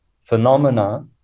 phenomena